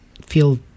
feel